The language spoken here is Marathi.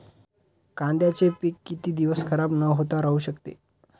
कांद्याचे पीक किती दिवस खराब न होता राहू शकते?